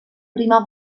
prima